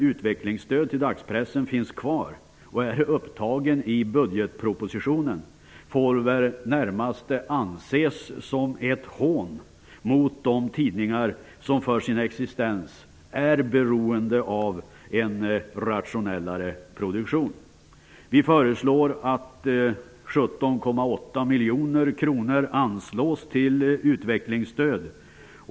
Utvecklingsstöd till dagspressen finns kvar och är upptagen i budgetpropositionen får väl närmast anses som ett hån mot de tidningar som för sin existens är beroende av en rationellare produktion. Vi föreslår att 17,8 miljoner kronor anslås till utvecklingsstöd.